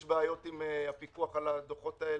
יש בעיות עם הפיקוח על הדוחות האלה,